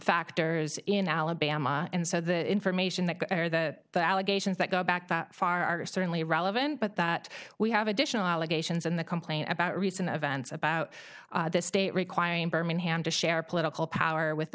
factors in alabama and so the information that they are the allegations that go back that far is certainly relevant but that we have additional allegations in the complaint about recent events about this state requiring birmingham to share political power with the